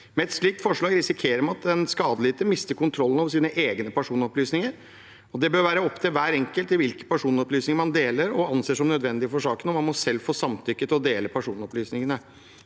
Med et slikt forslag risikerer man at den skadelidende mister kontrollen over sine egne personopplysninger. Det bør være opp til hver enkelt hvilke personopplysninger man deler og anser som nødvendig for saken, man må selv samtykke i å dele personopplysningene.